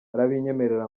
arabinyemerera